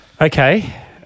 Okay